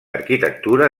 arquitectura